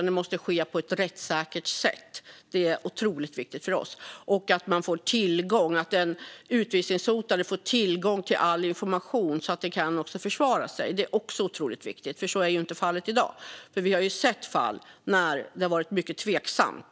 Det måste ske på ett rättssäkert sätt. Det är otroligt viktigt för oss. Det är också otroligt viktigt för oss att den utvisningshotade får tillgång till all information så att den kan försvara sig. För så är ju inte fallet i dag. Vi har sett fall där det har varit mycket tveksamt.